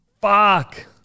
Fuck